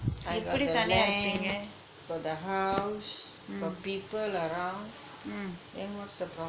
எப்படி தனியா இருப்பீங்க:eppadi thaniyaa irupeenga mm mm